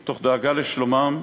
תוך דאגה לשלומם.